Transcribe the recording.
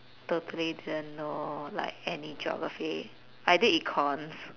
totally didn't know like any geography I did econs